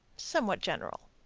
somewhat general.